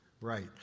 right